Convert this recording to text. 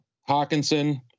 Hawkinson